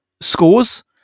scores